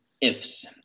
ifs